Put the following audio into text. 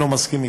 לא מסכים איתך.